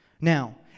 Now